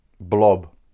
blob